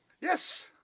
Yes